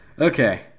okay